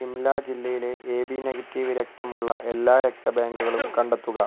ഷിംല ജില്ലയിലെ A B negative രക്തമുള്ള എല്ലാ രക്ത ബാങ്കുകളും കണ്ടെത്തുക